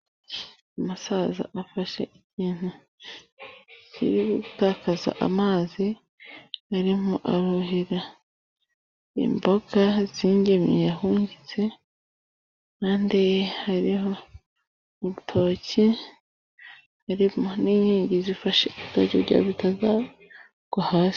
Umusaza afashe ikintu kiri gutakaza amazi, arimo uruhira imboga z'ingemwe yahungitse, impande hariho urutoke n'inkingi zifashe ibitoki ,kugira ngo bitazagwa hasi.